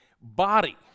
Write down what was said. body